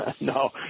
No